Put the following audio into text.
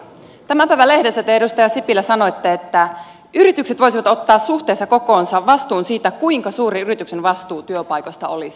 tämän päivän lehdessä te edustaja sipilä sanoitte että yritykset voisivat ottaa suhteessa kokoonsa vastuun siitä kuinka suuri yrityksen vastuu työpaikoista olisi